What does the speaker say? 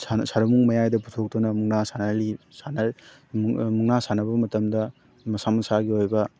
ꯁꯥꯟꯅꯕꯨꯡ ꯃꯌꯥꯏꯗ ꯄꯨꯊꯣꯛꯇꯨꯅ ꯃꯨꯛꯅꯥ ꯁꯥꯟꯅꯍꯜꯂꯤ ꯃꯨꯛꯅꯥ ꯁꯥꯟꯅꯕ ꯃꯇꯝꯗ ꯃꯁꯥ ꯃꯁꯥꯒꯤ ꯑꯣꯏꯕ